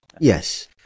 yes